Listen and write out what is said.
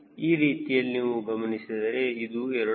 ಈ ರೀತಿಯಲ್ಲಿ ನೀವು ಗಮನಿಸಿದರೆ ಇದು a